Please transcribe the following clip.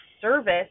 service